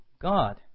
God